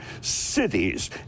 cities